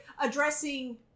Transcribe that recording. addressing